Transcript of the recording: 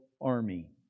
army